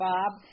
Bob